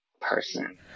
person